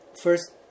first